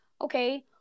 Okay